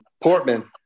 Portman